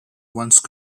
once